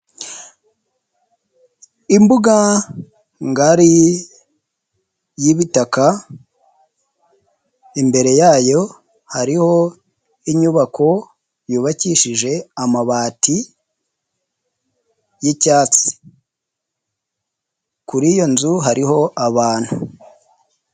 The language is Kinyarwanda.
Imbuga ngari y'ibitaka, imbere yayo hariho inyubako yubakishije amabati y'icyatsi, kuri iyo nzu hariho abantu.